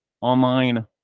online